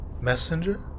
messenger